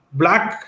black